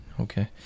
Okay